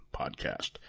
podcast